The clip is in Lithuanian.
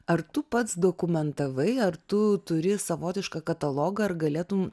ar tu pats dokumentavai ar tu turi savotišką katalogą ar galėtum